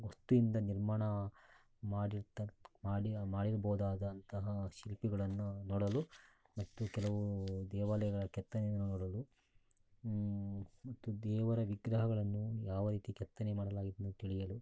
ವಸ್ತುವಿಂದ ನಿರ್ಮಾಣ ಮಾಡಿರ್ತ್ತ ಮಾಡಿಯ ಮಾಡಿರ್ಬೋದಾದಂತಹ ಶಿಲ್ಪಿಗಳನ್ನು ನೋಡಲು ಮತ್ತು ಕೆಲವು ದೇವಾಲಯಗಳ ಕೆತ್ತನೆಯನ್ನು ನೋಡಲು ಮತ್ತು ದೇವರ ವಿಗ್ರಹಗಳನ್ನು ಯಾವ ರೀತಿ ಕೆತ್ತನೆ ಮಾಡಲಾಗಿತ್ತೆಂದು ತಿಳಿಯಲು